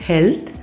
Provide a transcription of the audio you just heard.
Health